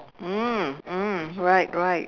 mm mm right right